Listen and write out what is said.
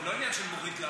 זה לא עניין של מוריד לחץ.